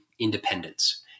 independence